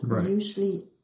usually